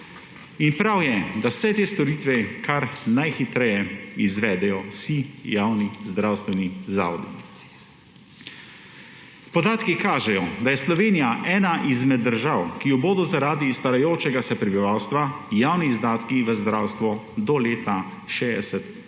In prav je, da vse te storitve kar najhitreje izvedejo vsi javni zdravstveni zavodi. Podatki kažejo, da je Slovenija ena izmed držav, kjer bodo zaradi starajočega se prebivalstva javni izdatki v zdravstvo do leta 2060